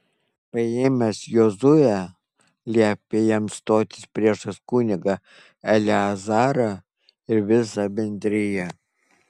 paėmęs jozuę liepė jam stotis priešais kunigą eleazarą ir visą bendriją